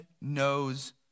knows